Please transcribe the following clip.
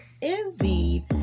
indeed